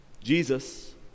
Jesus